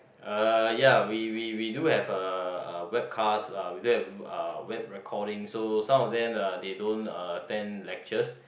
uh ya we we we do have a a webcast uh we do have uh web recording so some of them uh they don't uh attend lectures